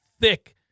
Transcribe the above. thick